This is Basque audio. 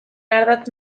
ardatz